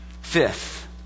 fifth